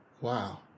wow